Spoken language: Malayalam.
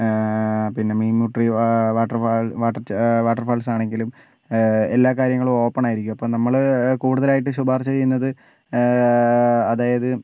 പിന്നെ മീൻമുട്ടി വാട്ടർ വാ വാട്ടർ ച വാട്ടർഫോൾസ് ആണെങ്കിലും എല്ലാ കാര്യങ്ങളും ഓപ്പൺ ആയിരിക്കും അപ്പോൾ നമ്മൾ കൂടുതലായിട്ട് ശുപാർശ ചെയ്യുന്നത് അതായത്